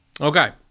okay